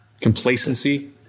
complacency